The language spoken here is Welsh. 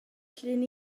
llun